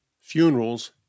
Funerals